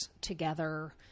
together